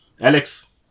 Alex